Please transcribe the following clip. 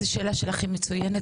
השאלה שלך היא מצוינת,